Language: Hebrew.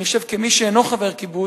אני חושב, כמי שאינו חבר קיבוץ,